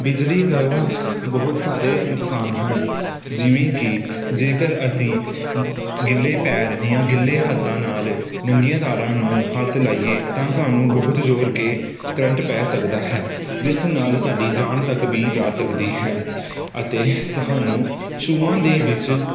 ਬਿਜਲੀ ਦੇ ਬਹੁਤ ਸਾਰੇ ਨੁਕਸਾਨ ਹਨ ਜਿਵੇਂ ਕਿ ਜੇਕਰ ਅਸੀਂ ਗਿੱਲੇ ਪੈਰ ਦੀਆਂ ਗਿੱਲੇ ਹੱਥਾਂ ਨਾਲ ਨੰਗੀਆਂ ਤਾਰਾਂ ਨੂੰ ਹੱਥ ਲਾਈਏ ਤਾਂ ਸਾਨੂੰ ਬਹੁਤ ਜ਼ੋਰ ਕੇ ਕਰੰਟ ਪੈ ਸਕਦਾ ਹੈ ਜਿਸ ਨਾਲ ਸਾਡੀ ਜਾਨ ਤੱਕ ਵੀ ਜਾ ਸਕਦੀ ਹੈ ਅਤੇ ਸਾਨੂੰ ਸ਼ੂਆਂ ਦੇ ਵਿੱਚ